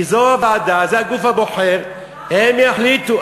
כי זו הוועדה, זה הגוף הבוחר, הם יחליטו.